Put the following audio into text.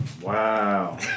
Wow